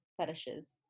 fetishes